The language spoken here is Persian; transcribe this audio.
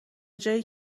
جایی